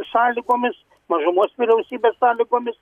sąlygomis mažumos vyriausybės sąlygomis